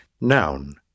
Noun